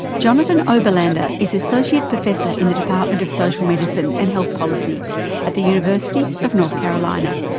jonathan oberlander is associate professor in the department of social medicine and health policy at the university of north carolina.